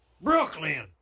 Brooklyn